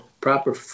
proper